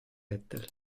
vettel